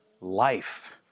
life